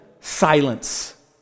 silence